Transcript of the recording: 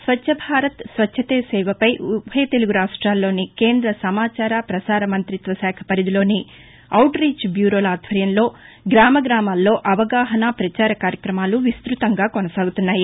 స్వచ్ఛభారత్ స్వచ్ఛతే సేవ పై ఉభయ తెలుగు రాష్టాల్లోని కేంద్ర సమాచార పసార మంతిత్వ శాఖ పరిధిలోని ఔట్రీచ్ బ్యూరోల ఆధ్వర్యంలో గ్రామగ్రామాల్లో అవగాహనా ప్రచార కార్యక్రమాలు విస్తృతంగా కొనసాగుతున్నాయి